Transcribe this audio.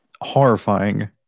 horrifying